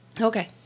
Okay